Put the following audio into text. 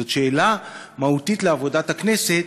זאת שאלה מהותית לעבודת הכנסת,